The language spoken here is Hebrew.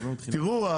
תראו,